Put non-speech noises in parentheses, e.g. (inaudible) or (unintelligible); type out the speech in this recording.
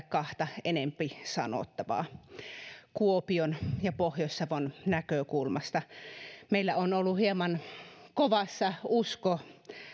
(unintelligible) kahta enempi sanottavaa kuopion ja pohjois savon näkökulmasta meillä on ollut hieman kovassa usko